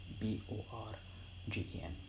B-O-R-G-E-N